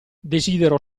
desidero